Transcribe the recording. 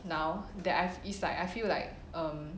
now that I've it's like I feel like um